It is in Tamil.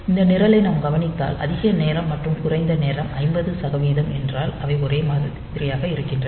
இந்த நிரலை நாம் கவனித்தால் அதிக நேரம் மற்றும் குறைந்த நேரம் 50 சதவிகிதம் என்பதால் அவை ஒரே மாதிரியாக இருக்கின்றன